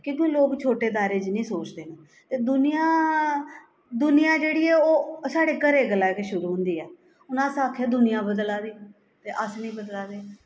क्योंकि लोक छोटे दायरे च निं सोचदे न ते दूनियां दूनियां जेह्ड़ी ऐ ओह् साढ़े घरै गल्ला गै शुरू होंदी ऐ हून अस आखै दूनियां बदला दी ऐ ते अस निं बदला दे